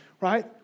right